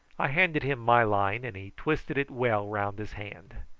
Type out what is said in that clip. i handed him my line, and he twisted it well round his hand.